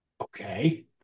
okay